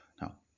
Now